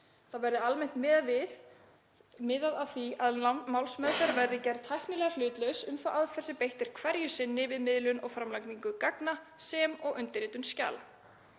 Þá verði almennt miðað að því að málsmeðferð verði gerð tæknilega hlutlaus um þá aðferð sem beitt er hverju sinni við miðlun og framlagningu gagna sem og undirritun skjala.